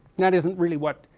that isn't really what,